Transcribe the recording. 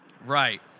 Right